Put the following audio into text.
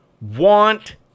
want